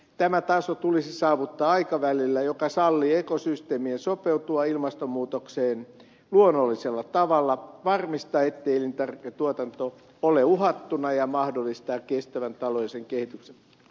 tämä taso tulisi saavuttaa aikavälillä joka sallii ekosysteemien sopeutua ilmastonmuutokseen luonnollisella tavalla varmistaa ettei elintarviketuotanto ole uhattuna ja mahdollistaa kestävän taloudellisen kehityksen